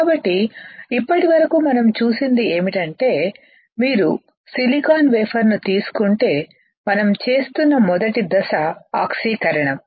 కాబట్టి ఇప్పటి వరకు మనం చూసినది ఏమిటంటే మీరు సిలికాన్ వేఫర్ ను తీసుకుంటే మనం చేస్తున్న మొదటి దశ ఆక్సీకరణం